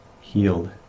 healed